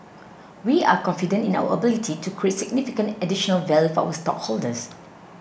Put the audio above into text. we are confident in our ability to create significant additional value for our stockholders